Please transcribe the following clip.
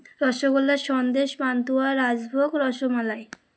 rasgulla sandesh pantua rajbhog rasmalai